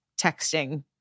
texting